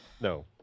No